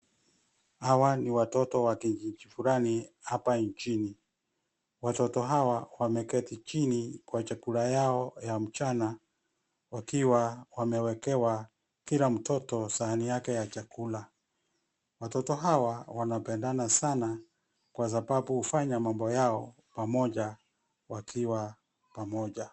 Hawa ni watoto wa kijiji fulani hapa nchini. Watoto hawa wameketi chini kwa chakula yao ya mchana wakiwa wamewekewa kila mtoto sahani yake ya chakula. Watoto hawa wanapendana sana kwa sababu hufanya mambo yao pamoja, wakiwa pamoja.